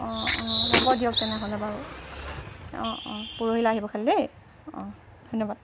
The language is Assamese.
অঁ অঁ হ'ব দিয়ক তেনেহ'লে বাৰু অঁ অঁ পৰহিলৈ আহিব খালি দেই অঁ ধন্যবাদ